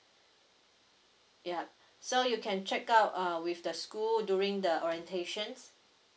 yeah so you can check out uh with the school during the orientations